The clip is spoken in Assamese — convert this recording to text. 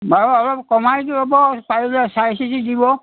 বাৰু অলপ কমাই দি পাৰো পাৰিলে চাই চিটি দিব